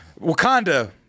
Wakanda